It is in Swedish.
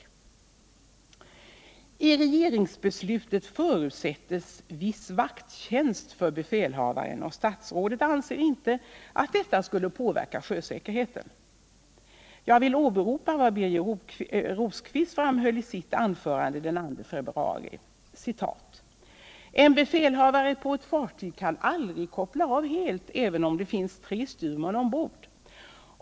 beslut i visst ärende I regeringsbeslutet förutsättes viss vakttjänst för befälhavaren, och statsrådet anser inte att detta skulle påverka sjösäkerheten. Jag vill åberopa vad Birger Rosqvist framhöll i sitt anförande den 2 februari i denna kammare: ”En befälhavare på eu fartyg kan aldrig koppla av helt, även om det finns tre styrmän ombord.